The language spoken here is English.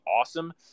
awesome